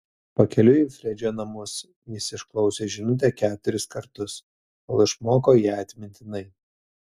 pakeliui į fredžio namus jis išklausė žinutę keturis kartus kol išmoko ją atmintinai